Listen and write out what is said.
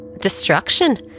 destruction